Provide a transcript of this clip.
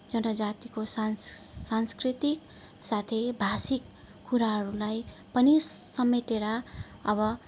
जनजातिको सांस् सांस्कृतिक साथै भाषिक कुराहरूलाई पनि समेटेर अब